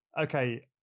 okay